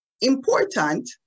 important